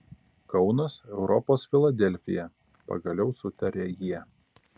kaunas europos filadelfija pagaliau sutarė jie